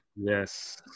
Yes